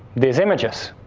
these images.